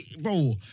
bro